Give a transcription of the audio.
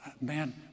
man